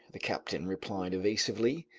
the captain replied evasively.